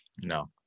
no